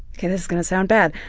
ok, this is gonna sound bad.